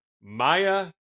Maya